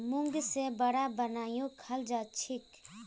मूंग से वड़ा बनएयों खाल जाछेक